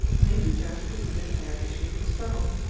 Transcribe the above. may be judged to be the fair issue of the struggle.